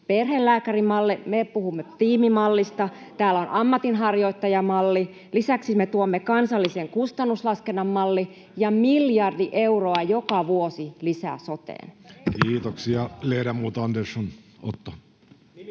perhelääkärimalli, me puhumme tiimimallista. Täällä on ammatinharjoittajamalli. Lisäksi me tuomme kansallisen kustannuslaskennan mallin ja miljardi euroa joka vuosi lisää soteen. Kiitoksia. — Ledamot Andersson, Otto.